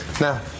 Now